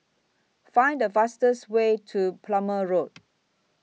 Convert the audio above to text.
Find The fastest Way to Plumer Road